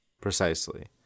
Precisely